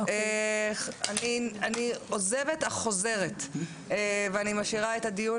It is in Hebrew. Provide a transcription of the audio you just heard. אני עוזבת אך חוזרת ואני משאירה את הדיון